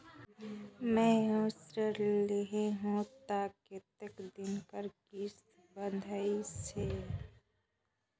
मैं हवे ऋण लेहे हों त कतेक दिन कर किस्त बंधाइस हे?